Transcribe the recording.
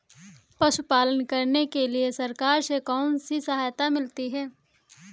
पशु पालन करने के लिए सरकार से कौन कौन सी सहायता मिलती है